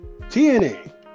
TNA